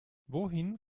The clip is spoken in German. wohin